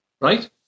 right